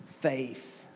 faith